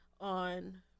on